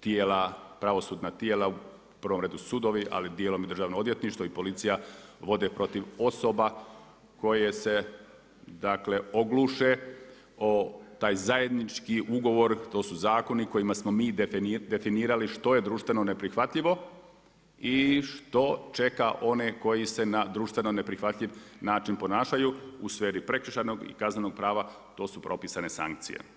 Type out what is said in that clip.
tijela, pravosudna u prvom redu sudovi ali dijelom i državno odvjetništvo i policija vode protiv osoba koje se dakle ogluše o taj zajednički ugovor, to su zakoni kojima smo mi definirali što je društveno neprihvatljivo i što čeka one koji se na društveno neprihvatljiv način ponašaju u sferi prekršajnog i kaznenog prava to su propisane sankcije.